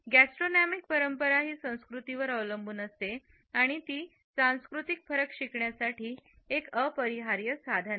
gastronomic परंपरा ही संस्कृतीवर अवलंबून असते आणि ती सांस्कृतिक फरक शिकण्यासाठी एकअपरिहार्य साधन आहे